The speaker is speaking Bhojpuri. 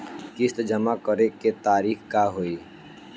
किस्त जमा करे के तारीख का होई?